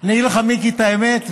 אני אגיד לך, מיקי, את האמת.